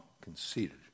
conceited